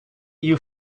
you